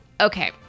okay